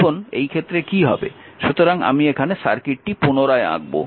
সুতরাং আমি এখানে সার্কিটটি পুনরায় আঁকব